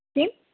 किम्